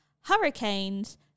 hurricanes